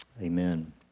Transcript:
Amen